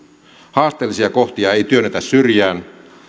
haasteellisia kohtia ei työnnetä syrjään